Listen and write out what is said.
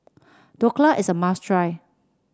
Dhokla is a must try